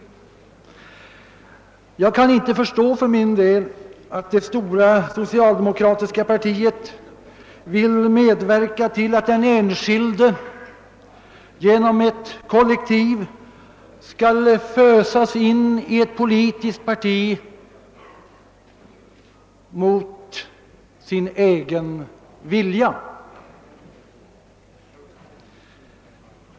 Jag kan för min del inte förstå att det stora socialdemokratiska partiet vill medverka till att den enskilde mot sin egen vilja skall fösas in i ett politiskt parti.